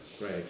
Right